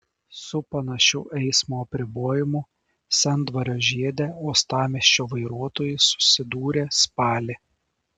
su panašiu eismo apribojimu sendvario žiede uostamiesčio vairuotojai susidūrė spalį